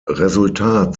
resultat